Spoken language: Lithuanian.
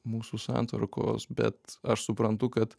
mūsų santvarkos bet aš suprantu kad